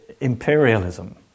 imperialism